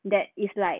that is like